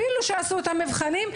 אפילו שעשו את המבחנים,